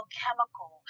chemical